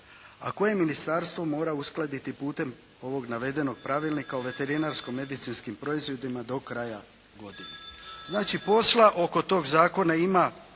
a koje ministarstvo mora uskladiti putem ovog navedenog pravilnika o veterinarsko medicinskim proizvodima do kraja godine. Znači posla oko toga zakona ima,